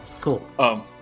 Cool